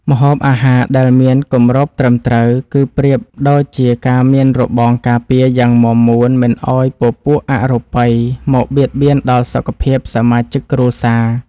ម្ហូបអាហារដែលមានគម្របត្រឹមត្រូវ គឺប្រៀបដូចជាការមានរបងការពារយ៉ាងមាំមួនមិនឱ្យពពួកអរូបិយមកបៀតបៀនដល់សុខភាពសមាជិកគ្រួសារ។